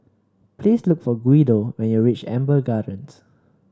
please look for Guido when you reach Amber Gardens